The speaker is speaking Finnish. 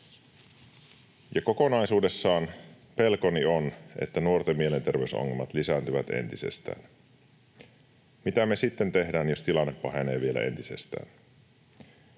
Kokonaisuudessaan pelkoni on, että nuorten mielenterveysongelmat lisääntyvät entisestään. Mitä me sitten tehdään, jos tilanne pahenee vielä entisestään?